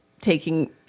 taking